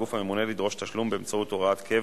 אי-אפשר, אתה אומר.